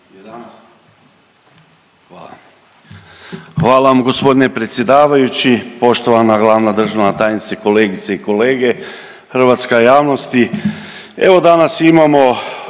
Hvala vam gospodine predsjedavajući. Poštovana glavna državna tajnice, kolegice i kolege, hrvatska javnosti evo danas imamo